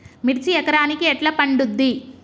మిర్చి ఎకరానికి ఎట్లా పండుద్ధి?